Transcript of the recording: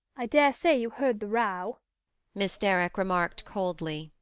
i dare say you heard the row miss derrick remarked coldly.